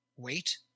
wait